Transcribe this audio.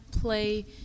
play